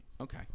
Okay